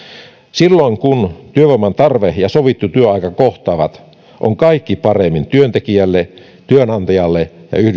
silloin kun työvoiman tarve ja sovittu työaika kohtaavat on kaikki paremmin työntekijälle työnantajalle ja